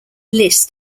list